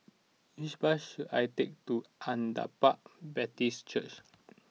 which bus should I take to Agape Baptist Church